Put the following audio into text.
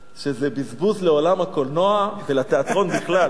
לעולם הקולנוע ולתיאטרון בכלל.